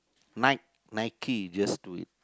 Nike Nike just do it